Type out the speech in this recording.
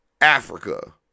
Africa